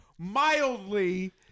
mildly